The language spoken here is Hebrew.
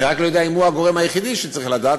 אני רק לא יודע אם הוא הגורם היחידי שצריך לדעת,